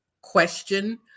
question